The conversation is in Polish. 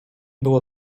było